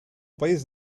país